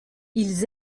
ils